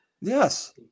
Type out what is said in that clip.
Yes